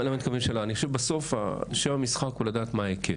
--- אני חושב שבסוף שם המשחק הוא לדעת מהו ההיקף,